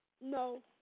no